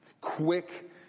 Quick